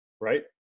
right